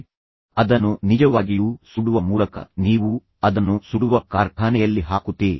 ನೀವು ಅದನ್ನು ಶುದ್ಧೀಕರಿಸುತ್ತೀರಾ ಅದನ್ನು ನಿಜವಾಗಿಯೂ ಸುಡುವ ಮೂಲಕ ನೀವು ಅದನ್ನು ಸುಡುವ ಕಾರ್ಖಾನೆಯಲ್ಲಿ ಹಾಕುತ್ತೀರಿ